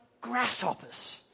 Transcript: grasshoppers